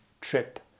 trip